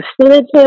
definitive